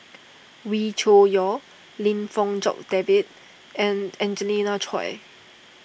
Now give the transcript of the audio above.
Wee Cho Yaw Lim Fong Jock David and Angelina Choy